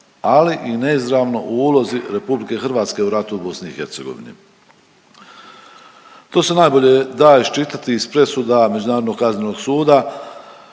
ali i neizravno o ulozi RH u ratu u BiH. To se najbolje da iščitati iz presuda Međunarodnog kaznenog suda